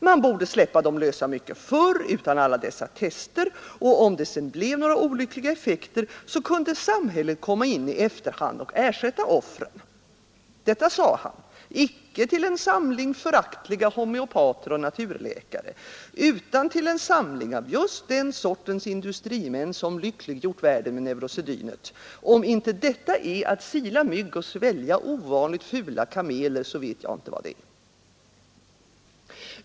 Man borde släppa dem lösa mycket förr, utan alla dessa tester, och om de sedan blev några olyckliga effekter, så kunde samhället komma in i efterhand och ersätta offren. Detta sade han, icke till en samling föraktliga homeopater och naturläkare, utan till en samling av just den sortens industrimän som lyckliggjort världen med neurosedynet. Om inte detta är att sila mygg och svälja ovanligt fula kameler, så vét jag inte vad det är.